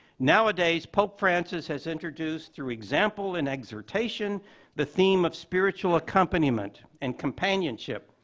nowadays, pope francis has introduced through example and exhortation the theme of spiritual accompaniment and companionship,